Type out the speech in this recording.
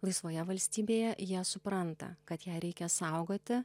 laisvoje valstybėje jie supranta kad ją reikia saugoti